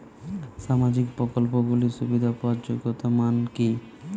সামাজিক প্রকল্পগুলি সুবিধা পাওয়ার যোগ্যতা মান কি?